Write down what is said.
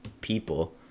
people